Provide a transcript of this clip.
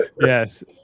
Yes